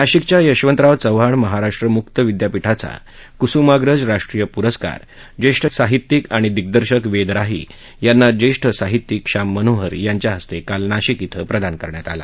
नाशिकच्या यशवंतराव चव्हाण महाराष्ट्र मुक्त विद्यापीठाचा कुसूमाग्रज राष्ट्रीय पुरस्कार ज्येष्ठ साहित्यिक आणि दिग्दर्शक वेद राही यांना ज्येष्ठ साहित्यिक श्याम मनोहर यांच्या हस्ते काल नाशिक इथं प्रदान करण्यात आला